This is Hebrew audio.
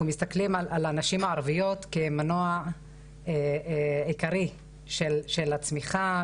מסתכלים על הנשים הערביות כמנוע עיקרי של הצמיחה,